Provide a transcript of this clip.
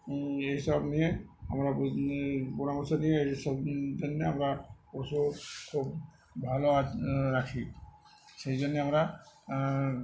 এইসব নিয়ে আমরা পরামর্শ নিয়ে এই সব জন্য আমরা পশু খুব ভালো রাখি সেই জন্যে আমরা